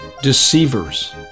Deceivers